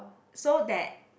so that